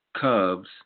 Cubs